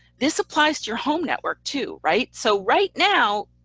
this applies to your home network too. right? so right now,